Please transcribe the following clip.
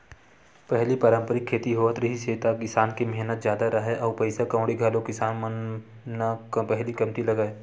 पहिली पारंपरिक खेती होवत रिहिस त किसान के मेहनत जादा राहय अउ पइसा कउड़ी घलोक किसान मन न पहिली कमती लगय